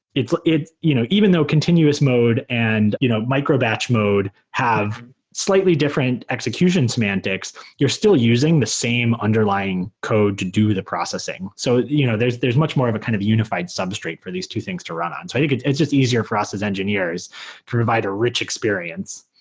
you know even though continuous mode and you know micro-batch mode have slightly different execution semantics, you're still using the same underlying code to do the processing. so you know there's there's much more of a kind of unified substrate for these two things to run on. i think it's it's just easier for us as engineers to provide a rich experience.